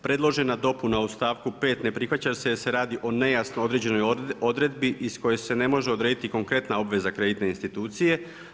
Predložena dopuna u stavku 5. ne prihvaća se jer se radi o nejasno određenoj odredbi iz koje se ne može odrediti konkretna obveza kreditne institucije.